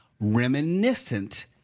reminiscent